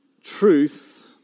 truth